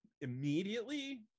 immediately